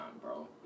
bro